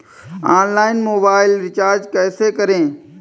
Online mobile recharge कैसे करें?